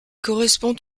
correspond